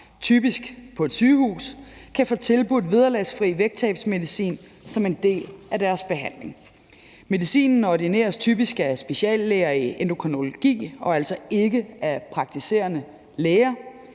typisk på et sygehus, kan få tilbudt vederlagsfri vægttabsmedicin som en del af deres behandling. Medicinen ordineres typisk af speciallæger i endokrinologi og altså ikke af praktiserende læger,